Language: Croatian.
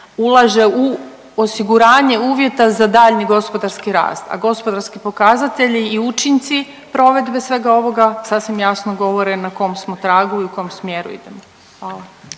ulaže u osiguranje uvjeta za daljnji gospodarski rast, a gospodarski pokazatelji i učinci provedbe svega ovoga sasvim jasno govore na kom smo tragu i u kom smjeru idemo.